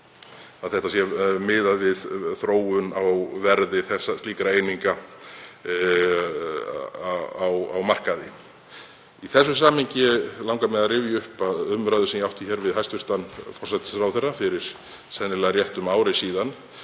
þetta sé miðað við þróun á verði slíkra eininga á markaði. Í þessu samhengi langar mig að rifja upp umræðu sem ég átti við hæstv. forsætisráðherra fyrir sennilega réttu ári síðan